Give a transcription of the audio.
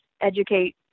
educate